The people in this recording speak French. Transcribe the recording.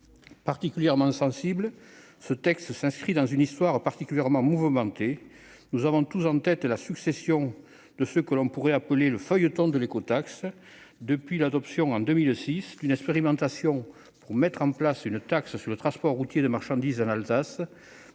Particulièrement sensible, il s'inscrit dans une histoire très mouvementée. Nous avons tous en tête le déroulé de ce que l'on pourrait appeler « le feuilleton de l'écotaxe », commençant par l'adoption, en 2006, d'une expérimentation pour mettre en place une taxe sur le transport routier de marchandises en Alsace,